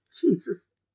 Jesus